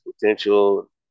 potential